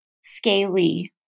scaly